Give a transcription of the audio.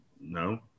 No